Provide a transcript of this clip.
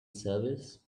service